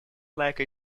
like